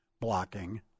blocking